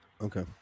Okay